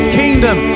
kingdom